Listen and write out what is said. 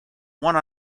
one